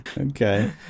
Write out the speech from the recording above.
okay